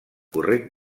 corrent